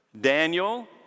Daniel